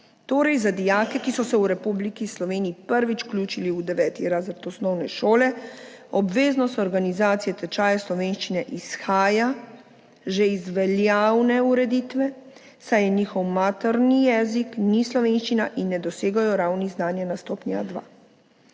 Torej za dijake, ki so se v Republiki Sloveniji prvič vključili v 9. razred osnovne šole, obveznost organizacije tečaja slovenščine izhaja že iz veljavne ureditve, saj njihov materni jezik ni slovenščina in ne dosegajo ravni znanja na stopnji A2.